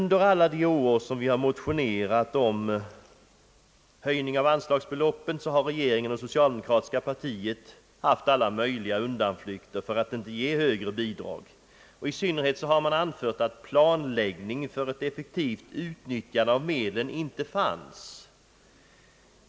Under alla de år som vi har motionerat om höjning av anslagsbeloppet har regeringen och socialdemokratiska partiet haft alla möjliga undanflykter för att inte ge högre bidrag. I synnerhet har man anfört att planläggningen för ett effektivt utnyttjande av medlen inte fanns.